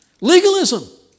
Legalism